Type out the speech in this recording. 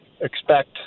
expect